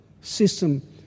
system